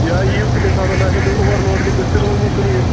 یا ییٖو تہٕ تَمہِ ساتہٕ آسوٕ تۄہِہ اَوٚوَر لوڈ کیٚنٛہہ تُہۍ تُلانٕے چھُو نہٕ ییٚتہِ